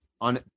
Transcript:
on